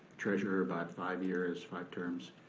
treasurer about five years, five terms,